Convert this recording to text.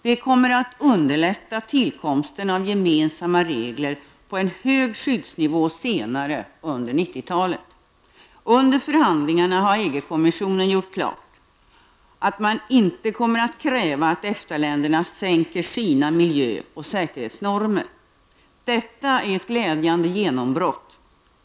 Det kommer att underlätta tillkomsten av gemensamma regler på en hög skyddsnivå senare under 90-talet. Under förhandlingarna har EG-kommissionen gjort klart att man inte kommer att kräva att EFTA länderna sänker sina miljö och säkerhetsnormer. Detta är ett glädjande genombrott.